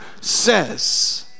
says